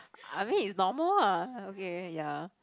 I mean it's normal ah okay ya